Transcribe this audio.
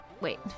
wait